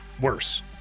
worse